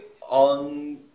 on